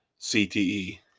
CTE